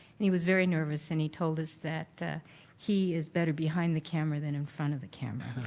and he was very nervous and he told us that he is better behind the camera than in front of the camera,